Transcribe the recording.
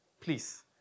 please